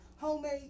homemade